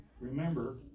remember